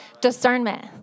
Discernment